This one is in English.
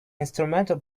instrumental